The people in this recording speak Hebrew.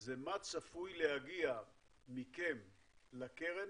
זה מה צפוי להגיע מכם לקרן,